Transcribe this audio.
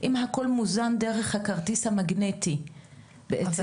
אם הכול מוזן דרך הכרטיס המגנטי בעצם